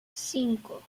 cinco